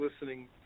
listening